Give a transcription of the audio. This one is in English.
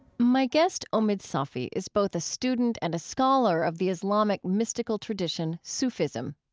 my guest, omid safi, is both a student and a scholar of the islamic mystical tradition, sufism.